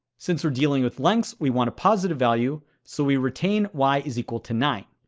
since we're dealing with lengths, we want a positive value, so we retain y is equal to nine.